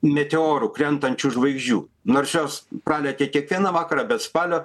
meteorų krentančių žvaigždžių nors šios pralekia kiekvieną vakarą bet spalio